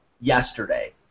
yesterday